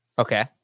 Okay